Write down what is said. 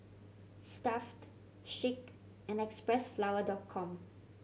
Stuff'd Schick and Xpressflower Dot Com